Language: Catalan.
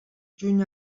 juny